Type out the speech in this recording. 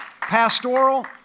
pastoral